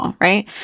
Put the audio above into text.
Right